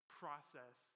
process